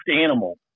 animal